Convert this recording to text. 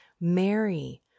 Mary